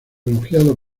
elogiado